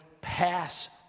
pass